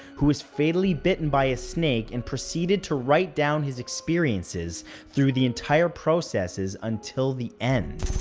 who was fatally bitten by a snake and proceeded to write down his experiences through the entire processes until the end.